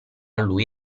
lui